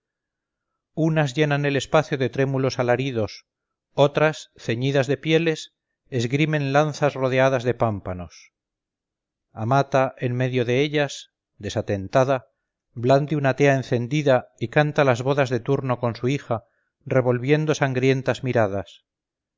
unas llenan el espacio de trémulos alaridos otras ceñidas de pieles esgrimen lanzas rodeadas de pámpanos amata en medio de ellas desatentada blande una tea encendida y canta las bodas de turno con su hija revolviendo sangrientas miradas